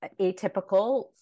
atypical